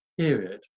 period